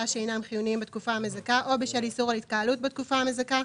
שאינם חיוניים בתקופה המזכה או בשל איסור על התקהלות בתקופה המזכה-